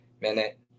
minute